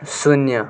शून्य